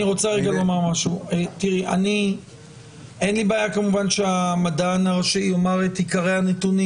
אני רוצה לומר משהו אין לי בעיה שהמדען הראשי יאמר את עיקרי הנתונים,